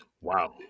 Wow